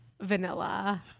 vanilla